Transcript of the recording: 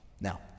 Now